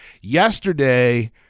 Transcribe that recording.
Yesterday